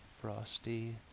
Frosty